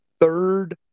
third